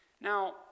Now